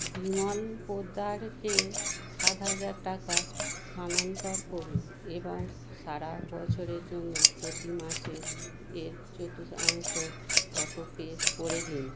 বিমল পোদ্দারকে সাত হাজার টাকা স্থানান্তর করুন এবং সারা বছরের জন্য প্রতি মাসে এর চতুর্থাংশ অটো পে করে দিন